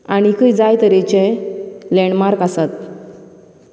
आनीकय जायते तरेचे लैन्ड्मार्क आसात